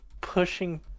pushing